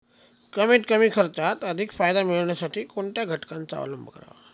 कमीत कमी खर्चात अधिक फायदा मिळविण्यासाठी कोणत्या घटकांचा अवलंब करावा?